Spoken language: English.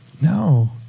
No